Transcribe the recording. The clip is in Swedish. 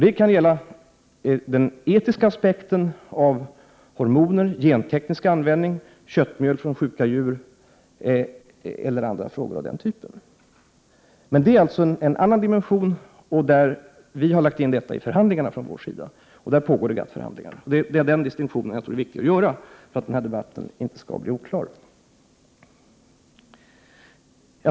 Det kan gälla den etiska aspekten av hormoner, genteknisk användning, köttmjöl från sjuka djur eller annat av den typen. Men det är alltså en annan dimension, och vi har från vår sida lagt in detta i de förhandlingar som pågår inom GATT. Det jag nu har talat om är en distinktion som jag tror är viktig att göra för att denna debatt inte skall bli oklar.